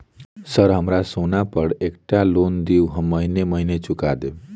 Sir हमरा सोना पर एकटा लोन दिऽ हम महीने महीने चुका देब?